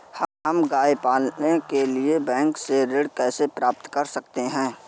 हम गाय पालने के लिए बैंक से ऋण कैसे प्राप्त कर सकते हैं?